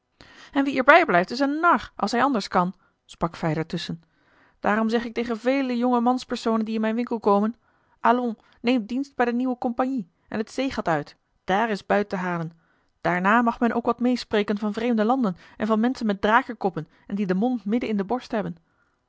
en wie er bij blijft is een nar als hij anders kan sprak fij daartusschen daarom zeg ik tegen vele jonge manspersonen die in mijn winkel komen allons neemt dienst bij de nieuwe compagnie en t zeegat uit daar is buit te halen daarna mag men ook wat meêspreken van vreemde landen en van menschen met drakenkoppen en die den mond midden in de borst hebben